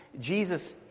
Jesus